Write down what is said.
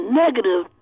negative